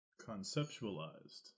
conceptualized